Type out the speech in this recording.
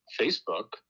Facebook